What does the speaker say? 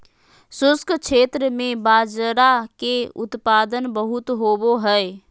शुष्क क्षेत्र में बाजरा के उत्पादन बहुत होवो हय